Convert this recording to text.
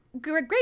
great